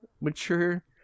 mature